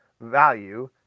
value